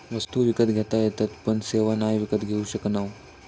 वस्तु विकत घेता येतत पण सेवा नाय विकत घेऊ शकणव